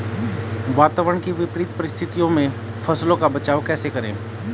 वातावरण की विपरीत परिस्थितियों में फसलों का बचाव कैसे करें?